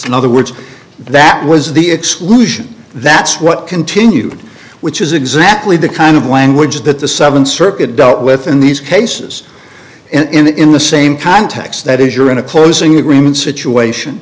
in other words that was the exclusion that's what continued which is exactly the kind of language that the seventh circuit dealt with in these cases in the same context that is you're in a closing agreement situation